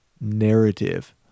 narrative